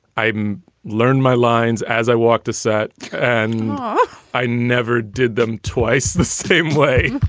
i even learned my lines. as i walked to set and i never did them twice the same way